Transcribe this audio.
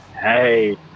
Hey